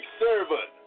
servant